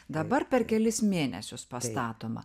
dabar per kelis mėnesius pastatoma